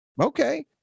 okay